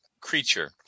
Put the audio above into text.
creature